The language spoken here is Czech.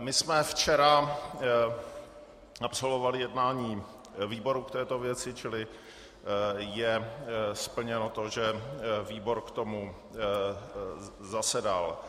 My jsme včera absolvovali jednání výboru k této věci, čili je splněno to, že výbor k tomu zasedal.